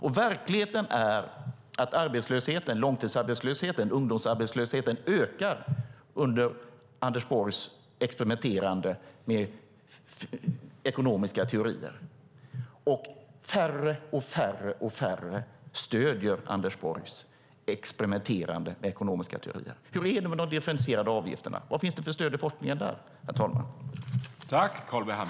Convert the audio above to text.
Och verkligheten är att långtidsarbetslösheten och ungdomsarbetslösheten ökar under Anders Borgs experimenterande med ekonomiska teorier. Färre och färre stöder Anders Borgs experimenterande med ekonomiska teorier. Hur är det med de differentierade avgifterna? Vad finns det för stöd i forskningen för dem?